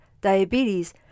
diabetes